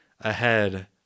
ahead